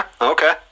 okay